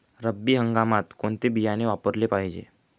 रब्बी हंगामात कोणते बियाणे वापरले पाहिजे?